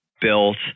built